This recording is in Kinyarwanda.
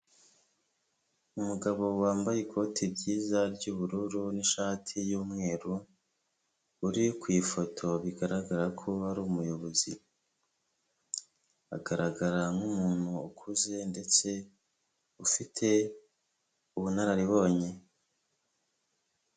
Umugabo wambaye ikoti ryiza ry'ubururu n'ishati y'umweru uri ku ifoto bigaragara ko ari umuyobozi, agaragara nk'umuntu ukuze ndetse ufite ubunararibonye.